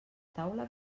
taula